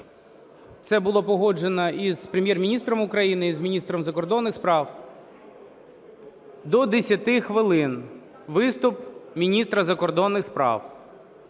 Це було погоджено і з Прем'єр-міністром України, і з міністром закордонних справ. До 10 хвилин – виступ міністра закордонних справ.